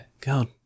God